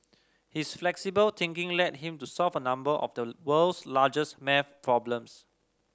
his flexible thinking led him to solve a number of the world's largest maths problems